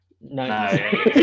No